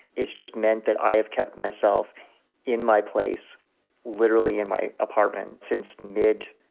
it's just meant that i have kept myself in my place literally in my apartment since mid-march.